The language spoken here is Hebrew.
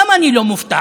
למה אני לא מופתע?